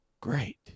Great